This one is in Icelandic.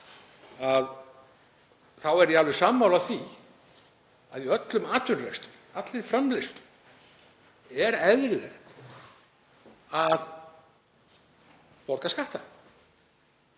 þá er ég alveg sammála því að í öllum atvinnurekstri, allri framleiðslu, er eðlilegt að borga skatta.